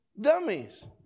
dummies